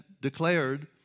declared